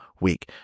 week